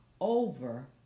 over